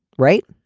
right?